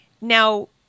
Now